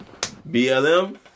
BLM